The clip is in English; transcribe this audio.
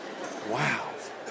Wow